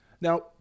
now